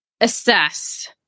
assess